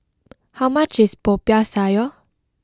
how much is Popiah Sayur